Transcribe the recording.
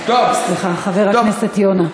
סליחה, חבר הכנסת יונה.